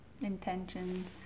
intentions